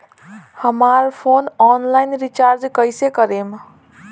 हमार phone online recharge कईसे करेम?